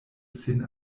sin